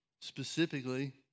specifically